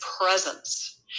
presence